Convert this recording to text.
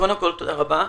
קודם כול, תודה רבה.